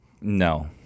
No